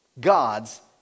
God's